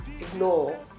ignore